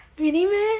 really meh